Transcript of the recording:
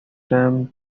time